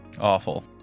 Awful